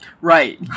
Right